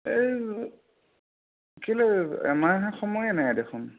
এই কেলেই এমাহহে সময়ে নাই দেখোন